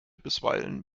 bisweilen